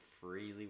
freely